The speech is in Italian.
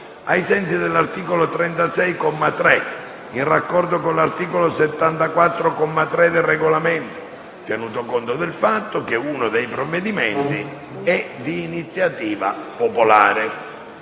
ai sensi dell'articolo 36, comma 3, in raccordo con l'articolo 74, comma 3, del Regolamento, tenuto conto del fatto che uno dei provvedimenti è di iniziativa popolare.